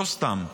לא סתם,